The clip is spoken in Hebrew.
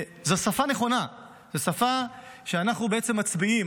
זו שפה נכונה, זו שפה שבה אנחנו בעצם מצביעים.